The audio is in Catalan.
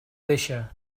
deixa